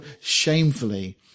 shamefully